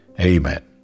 Amen